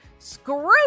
screw